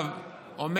אומר